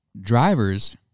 Drivers